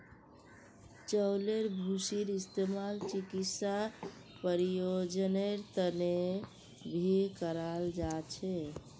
चउलेर भूसीर इस्तेमाल चिकित्सा प्रयोजनेर तने भी कराल जा छे